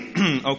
Okay